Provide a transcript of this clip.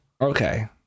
Okay